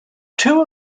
two